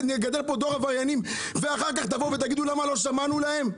שנגדל פה דור עבריינים ואחר כך תגידו "למה לא שמענו להם"?